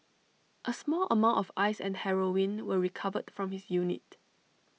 A small amount of ice and heroin were recovered from his unit